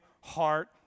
heart